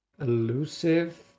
Elusive